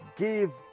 Give